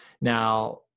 Now